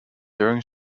during